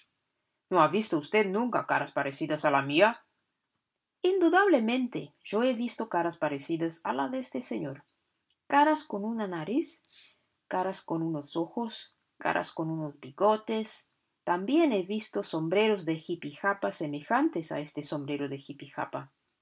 no ha visto usted nunca caras parecidas a la mía indudablemente yo he visto caras parecidas a la de este señor caras con una nariz caras con unos ojos caras con unos bigotes también he visto sombreros de jipi japa semejantes a este sombrero de jipi japa